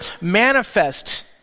manifest